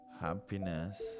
happiness